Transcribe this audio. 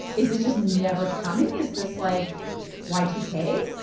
is it just never coming? is this like y two k?